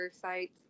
sites